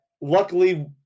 luckily –